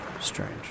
Strange